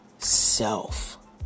self